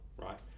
right